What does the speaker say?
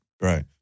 Right